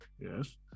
Yes